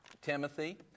Timothy